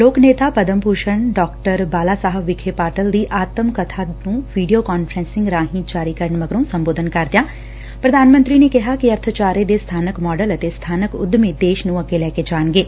ਲੋਕ ਨੇਤਾ ਪਦਮ ਭੁਸ਼ਣ ਡਾ ਬਾਲਾ ਸਾਹਿਬ ਵਿਖੇ ਪਾਟਿਲ ਦੀ ਆਤਮਕਬਾ ਨੰ ਵੀਡੀਓ ਕਾਨਫਰੰਸਿੰਗ ਰਾਹੀਂ ਜਾਰੀ ਕਰਨ ਮਗਰੋ ਸੰਬੋਧਨ ਕਰਦਿਆਂ ਪ੍ਰਧਾਨ ਮੰਤਰੀ ਨੇ ਕਿਹਾ ਕਿ ਅਰਬਚਾਰੇ ਦੇ ਸਬਾਨਕ ਮਾਡਲ ਅਤੇ ਸਬਾਨਕ ਉੱਦਮੀ ਦੇਸ਼ ਨੂੰ ਅੱਗੇ ਲੈ ਕੇ ਜਾਣਗੇ